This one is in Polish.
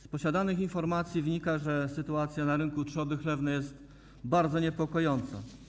Z posiadanych informacji wynika, że sytuacja na rynku trzody chlewnej jest bardzo niepokojąca.